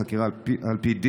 בחקירה על פי דין,